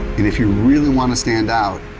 if you really wanna stand out,